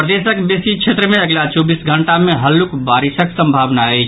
प्रदेशक बेसी क्षेत्र मे अगिला चौबीस घंटा मे हल्लुक बारिशक संभावना अछि